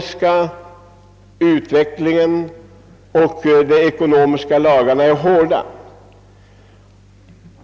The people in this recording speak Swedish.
De ekonomiska lagarna är hårda.